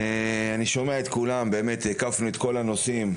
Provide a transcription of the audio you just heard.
אני שומע את כולם, באמת הקפנו את כל הנושאים,